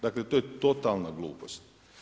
Dakle, to je totalna glupost.